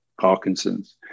parkinson's